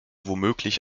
womöglich